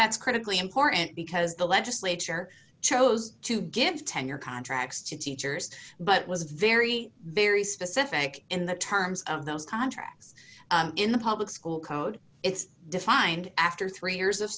that's critically important because the legislature chose to give tenure contracts to teachers but was very very specific in the terms of those contracts in the public school code it's defined after three years of